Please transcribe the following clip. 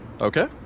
Okay